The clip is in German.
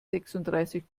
sechsunddreißig